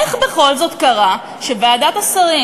איך בכל זאת קרה שוועדת השרים,